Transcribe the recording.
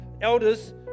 elders